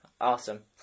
Awesome